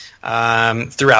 throughout